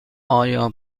آیا